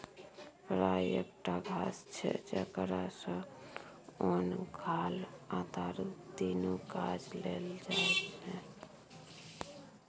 राइ एकटा घास छै जकरा सँ ओन, घाल आ दारु तीनु काज लेल जाइ छै